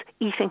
eating